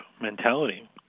mentality